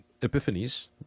epiphanies